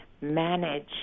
manage